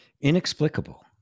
inexplicable